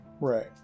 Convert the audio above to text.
right